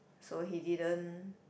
so he didn't